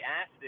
asked